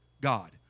God